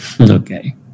Okay